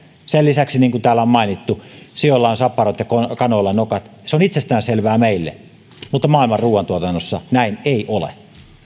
sen lisäksi niin kuin täällä on mainittu sioilla on saparot ja kanoilla nokat se on itsestäänselvää meille mutta maailman ruuantuotannossa näin ei ole